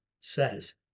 says